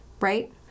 right